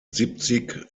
siebzig